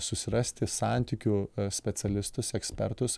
susirasti santykių specialistus ekspertus